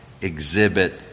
exhibit